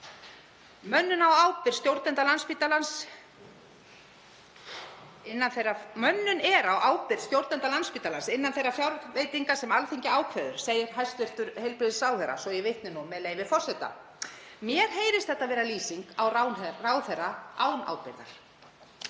„Mönnun er á ábyrgð stjórnenda Landspítalans innan þeirra fjárveitinga sem Alþingi ákveður,“ segir hæstv. heilbrigðisráðherra svo að ég vitni í hana, með leyfi forseta. Mér heyrist þetta vera lýsing á ráðherra án ábyrgðar.